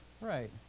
Right